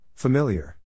Familiar